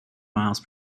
miles